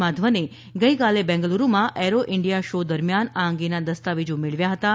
માધવને ગઈકાલે બેગ્લુરૂમાં aero India show દરમ્યાન આ અંગેનાં દસ્તાવેજો મેળવ્યા હતાં